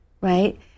Right